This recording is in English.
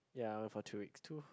ya for two weeks two